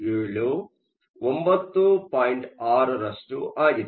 6 ರಷ್ಟು ಆಗಿದೆ